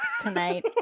tonight